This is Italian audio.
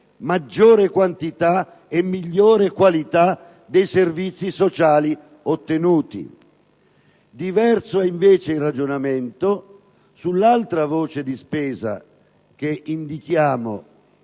maggiore quantità e migliore qualità dei servizi sociali ottenuti. Diverso è invece il ragionamento sull'altra voce di spesa, quella